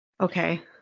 okay